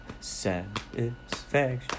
satisfaction